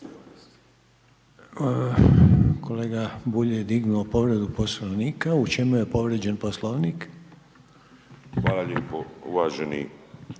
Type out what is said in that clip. Kolega Bulj je dignuo povredu Poslovnika, u čemu je povrijeđen Poslovnik? **Bulj, Miro